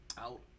out